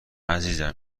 عزیزم